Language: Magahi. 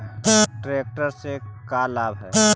ट्रेक्टर से का लाभ है?